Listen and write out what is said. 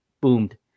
boomed